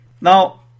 Now